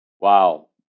Wow